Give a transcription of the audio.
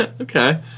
Okay